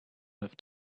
with